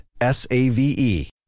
S-A-V-E